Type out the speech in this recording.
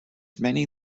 many